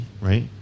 right